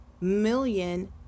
million